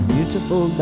Beautiful